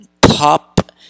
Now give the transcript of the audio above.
top